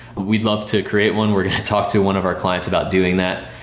we'd love to create one. we're going to talk to one of our clients about doing that,